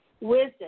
Wisdom